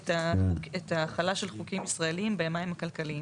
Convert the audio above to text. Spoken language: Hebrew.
ההחלה של חוקים ישראליים במים הכלכליים,